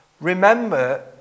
Remember